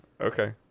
okay